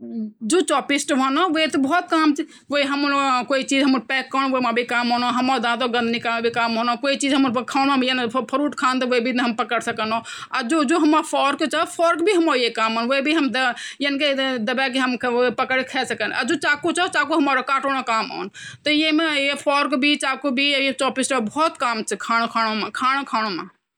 परिवारो ते अगर आप खौणो छिन बणौंणा त स्वाद अर स्वास्थ्य कमण्यें बणें ते रौखण मैं आपते बतौणूं छूं। सबसे पलि आप प्रकृति से जुड्यीं सब्जि ल्यावा, प्रकृति से जुड़्यीं चीज ल्यावा ज्वो भी आपते बणौंण चि। और स्वाद कमण्यें..तेते भौत अच्छा से धीमा आंच पर पकाया, कम आंच पर पकावा, तेते धीरे धीरे पकणं द्यावा। स्वो जितना पकणूं रौलू, तेकू स्वाद उतना अच्छू ह्वोलु और उतना ही ज्यादा स्वो आपा स्वास्थ्य ते भी बेहतर ह्वोलु।